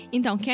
Então